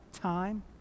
time